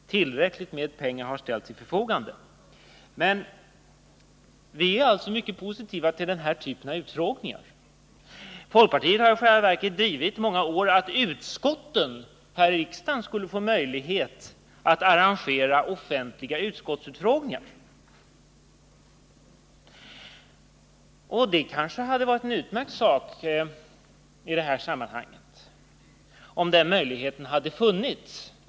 Tillräckligt med pengar har ställts till förfogande. Men vi är alltså mycket positiva till den här typen av utfrågningar. Folkpartiet har i själva verket i många år drivit kravet att utskotten här i riksdagen skulle få möjlighet att arrangera offentliga utskottsfrågningar. Det hade kanske varit en utmärkt sak i det här sammanhanget om den möjligheten hade funnits.